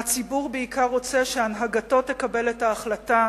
הציבור בעיקר רוצה שהנהגתו תקבל את ההחלטה